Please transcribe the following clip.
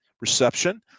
reception